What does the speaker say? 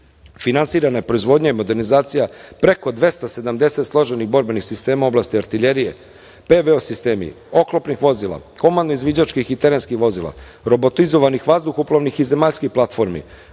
finansirana je proizvodnja i modernizacija preko 270 složenih borbenih sistema u oblasti artiljerije, PVO sistemi, oklopnih vozila, komandno izviđačkih i terenskih vozila, robotizovanih vazduhoplovnih i zemaljskih platformi,